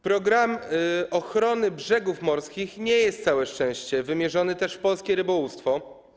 Program ochrony brzegów morskich” nie jest - całe szczęście - wymierzony w polskie rybołówstwo.